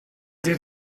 did